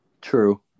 True